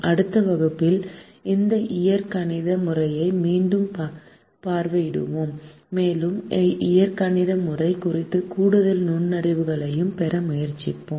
அடுத்த வகுப்பில் இந்த இயற்கணித முறையை மீண்டும் பார்வையிடுவோம் மேலும் இயற்கணித முறை குறித்த கூடுதல் நுண்ணறிவுகளைப் பெற முயற்சிப்போம்